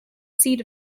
seat